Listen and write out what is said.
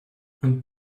und